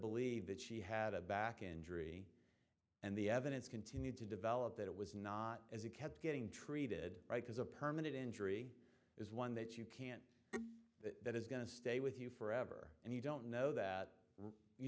believe that she had a back injury and the evidence continued to develop that it was not as he kept getting treated right as a permanent injury is one that you can't that is going to stay with you forever and you don't know that you